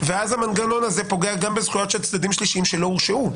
ואז המנגנון הזה פוגע גם בזכויות של צדדים שלישיים שלא הורשעו.